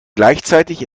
gleichzeitig